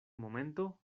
momento